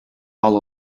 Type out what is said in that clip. all